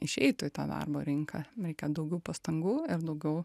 išeitų į tą darbo rinką reikia daugiau pastangų ir daugiau